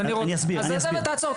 אני אסביר --- תעצור.